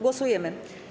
Głosujemy.